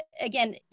again